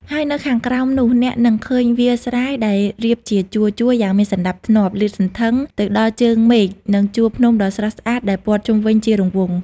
ហើយនៅខាងក្រោមនោះ អ្នកនឹងឃើញវាលស្រែដែលរៀបជាជួរៗយ៉ាងមានសណ្ដាប់ធ្នាប់លាតសន្ធឹងទៅដល់ជើងមេឃ និងជួរភ្នំដ៏ស្រស់ស្អាតដែលព័ទ្ធជុំវិញជារង្វង់។